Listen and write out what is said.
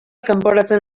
kanporatzen